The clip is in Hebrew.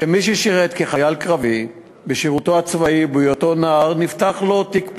שמי ששירת כחייל קרבי בשירותו הצבאי ובהיותו נער נפתח לו תיק פלילי,